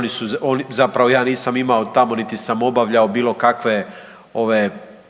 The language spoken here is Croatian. mjesecima. Zapravo ja nisam imao tamo niti sam obavljao bilo kakve